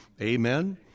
Amen